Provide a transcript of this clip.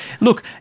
Look